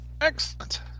Excellent